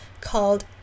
called